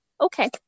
Okay